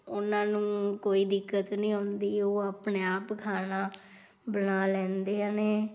ਉਨ੍ਹਾਂ ਨੂੰ ਕੋਈ ਦਿੱਕਤ ਨਹੀਂ ਆਉਂਦੀ ਉਹ ਆਪਣੇ ਆਪ ਖਾਣਾ ਬਣਾ ਲੈਂਦੇ ਨੇ